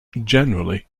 generally